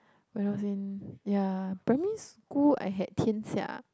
when I was in ya primary school I had Tian-Xia